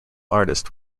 artist